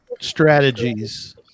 strategies